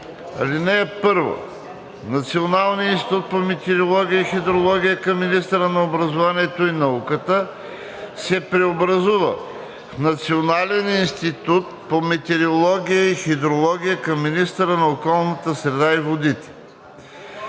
на Националния институт по метеорология и хидрология към Министерството на образованието и науката преминават към Националния институт по метеорология и хидрология към Министерството на околната среда и водите.“